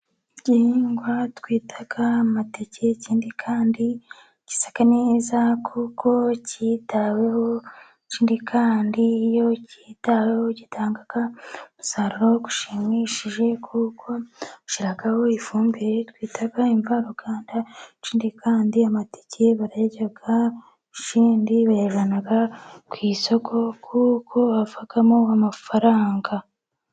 Igihingwa twita amateke, ikindi kandi gisa neza kuko cyitaweho, ikindi kandi iyo cyitaweho gitanga umusaruro ushimishije, kuko ushyiraho ifumbire twita imvaruganda, ikindi kandi amateke barayarya, ikindi bayazana ku isoko kuko havamo amafaranga.